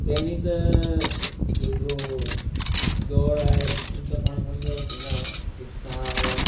पहिरीं त जेको दौड़ आहे हू त पाण सम्झो कंहिंखां स सहायक